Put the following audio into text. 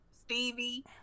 Stevie